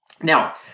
Now